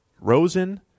Rosen